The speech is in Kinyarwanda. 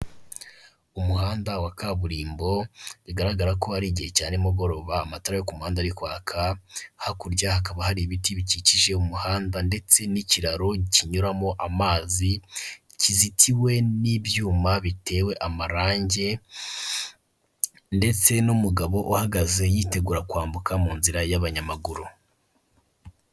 Umuhanda wa kaburimbo, bigaragara ko ari igihe cya nimugoroba amatara yo ku muhanda ari kwaka, hakurya hakaba hari ibiti bikikije umuhanda ndetse n'ikiraro kinyuramo amazi, kizitiwe n'ibyuma bitewe amarangi ndetse n'umugabo uhagaze yitegura kwambuka mu nzira y'abanyamaguru.